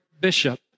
bishop